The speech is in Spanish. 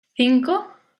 cinco